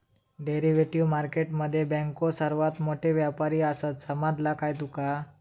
Derivative market मध्ये बँको सर्वात मोठे व्यापारी आसात, समजला काय तुका?